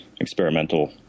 experimental